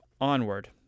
Onward